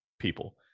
people